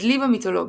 הדלי במיתולוגיה